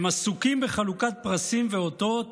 הם עסוקים בחלוקת פרסים ואותות